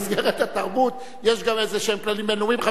אני רק אומר לך שבמסגרת התרבות יש גם איזשהם כללים בין-לאומיים.